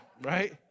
Right